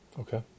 Okay